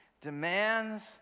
demands